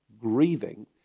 grieving